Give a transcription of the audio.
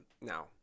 Now